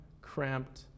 cramped